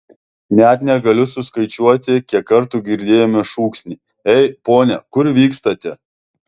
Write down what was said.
net negaliu suskaičiuoti kiek kartų girdėjome šūksnį ei pone kur vykstate